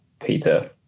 Peter